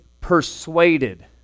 persuaded